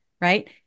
Right